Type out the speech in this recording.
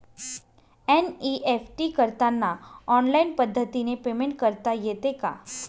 NEFT करताना online पद्धतीने payment करता येते का?